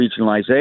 regionalization